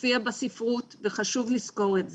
וחשוב לזכור את זה.